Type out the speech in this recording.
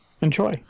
enjoy